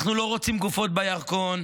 אנחנו לא רוצים גופות בירקון.